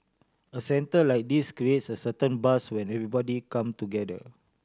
a centre like this creates a certain buzz when everybody come together